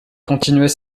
continuait